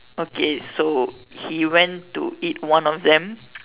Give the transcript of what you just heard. okay so he went to eat one of them